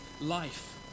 life